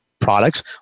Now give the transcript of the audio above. products